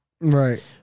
Right